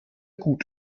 gut